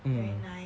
mm